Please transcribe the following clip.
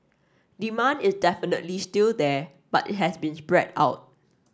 demand is definitely still there but it has been spread out